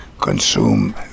consume